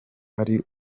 ari